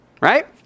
right